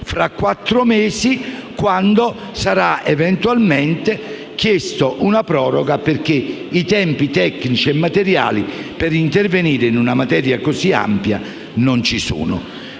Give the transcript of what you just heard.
tra quattro mesi, quando sarà eventualmente chiesta una proroga, perché i tempi tecnici e materiali per intervenire in una materia così ampia non ci sono.